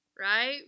right